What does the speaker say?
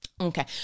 okay